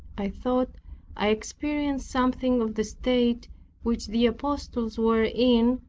i thought i experienced something of the state which the apostles were in,